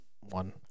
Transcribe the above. one